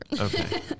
Okay